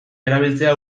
erabiltzea